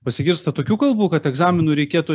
pasigirsta tokių kalbų kad egzaminų reikėtų